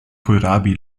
kohlrabi